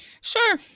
Sure